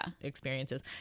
experiences